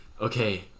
okay